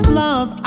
love